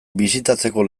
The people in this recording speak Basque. bisitatzeko